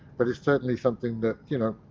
but it's certainly something that, you know.